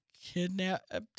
kidnapped